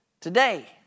Today